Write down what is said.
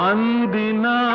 Andina